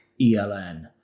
ELN